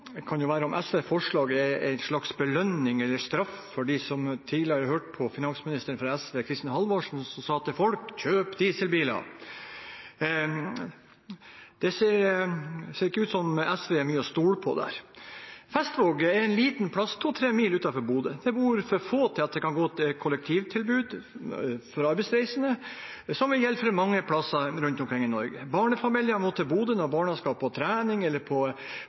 kan jo være om SVs forslag er en slags belønning eller straff for dem som hørte på tidligere finansministeren fra SV, Kristin Halvorsen, som sa til folk: Kjøp dieselbiler. Det ser ikke ut som om SV er mye å stole på der. Festvåg er en liten plass to–tre mil utenfor Bodø. Det bor for få der til at det kan gå kollektivtilbud for arbeidsreisende, noe som gjelder for mange plasser rundt omkring i Norge. Barnefamilier må til Bodø når barna skal på trening eller på